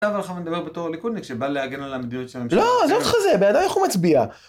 עכשיו אנחנו נדבר בתור ליכודניק שבא להגן על המדיניות של הממשלה. לא, עזוב אותך זה, בן אדם איך הוא מצביע?